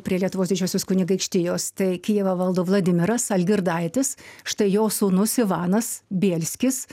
prie lietuvos didžiosios kunigaikštijos tai kijevą valdo vladimiras algirdaitis štai jo sūnus ivanas bielskis